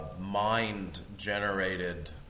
Mind-generated